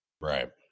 Right